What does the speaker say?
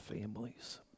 families